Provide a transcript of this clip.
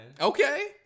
Okay